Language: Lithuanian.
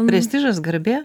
prestižas garbė